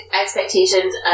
expectations